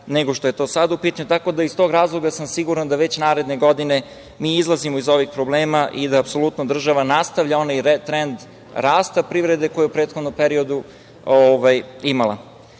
nego što je to sada u pitanju. Iz tog razloga sam siguran da već naredne godine mi izlazimo iz ovih problema i apsolutno država nastavlja onaj trend rasta privrede koji je u prethodnom periodu imala. Ono